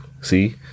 see